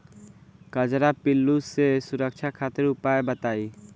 कजरा पिल्लू से सुरक्षा खातिर उपाय बताई?